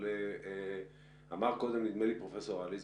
אבל אמר קודם נדמה לי פרופ' אליס,